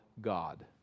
God